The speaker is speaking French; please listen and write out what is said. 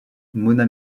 mona